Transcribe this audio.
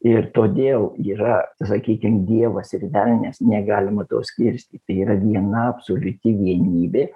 ir todėl yra sakykim dievas ir velnias negalima to skirstyti yra viena absoliuti vienybė